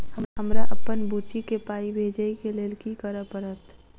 हमरा अप्पन बुची केँ पाई भेजइ केँ लेल की करऽ पड़त?